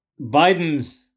Biden's